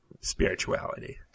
spirituality